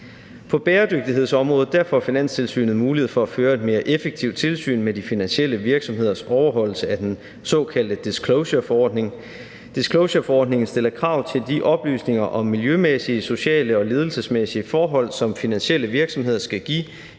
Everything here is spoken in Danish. På bæredygtighedsområdet får Finanstilsynet mulighed for at føre et mere effektivt tilsyn med de finansielle virksomheders overholdelse af den såkaldte disclosureforordning. Disclosureforordningen stiller krav til de oplysninger om miljømæssige, sociale og ledelsesmæssige forhold, som finansielle virksomheder skal give